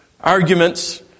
Arguments